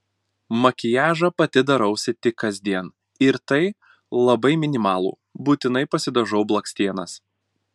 makiažą pati darausi tik kasdien ir tai labai minimalų būtinai pasidažau blakstienas